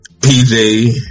PJ